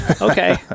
okay